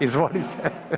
Izvolite.